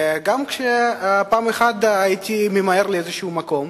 גם כשפעם מיהרתי לאיזשהו מקום,